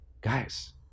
Guys